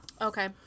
okay